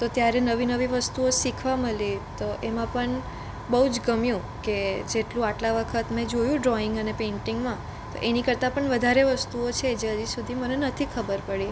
તો ત્યારે નવી નવી વસ્તુઓ શીખવા મળી તો એમાં પણ બહુજ ગમ્યું કે જેટલું આટલા વખત મેં જોયું ડ્રોઈંગ અને પેઇન્ટિંગમાં તો એની કરતાં પણ વધારે વસ્તુઓ છે જે હજી સુધી મને નથી ખબર પડી